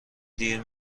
دیر